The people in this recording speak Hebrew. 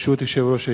ברשות יושב-ראש הישיבה,